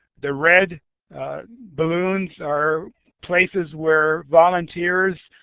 the red balloons are places where volunteers,